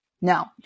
No